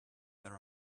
there